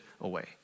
away